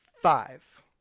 five